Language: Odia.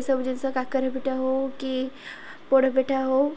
ଏସବୁ ଜିନିଷ କାକରା ପିଠା ହେଉ କି ପୋଡ଼ପିଠା ହେଉ